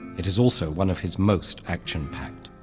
it is also one of his most action-packed.